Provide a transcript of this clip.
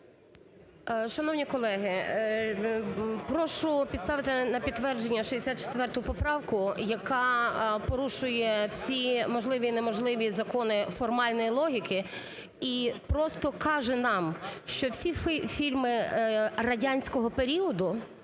Шановні колеги, прошу поставити на підтвердження 64 поправку, яка порушує всі можливі і неможливі закони формальної логіки і просто каже нам, що всі фільми радянського періоду,